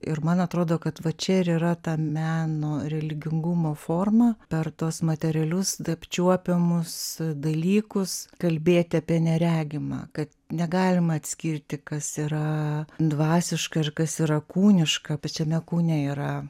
ir man atrodo kad va čia ir yra ta meno religingumo forma per tuos materialius apčiuopiamus dalykus kalbėti apie neregimą kad negalima atskirti kas yra dvasiška ir kas yra kūniška pačiame kūne yra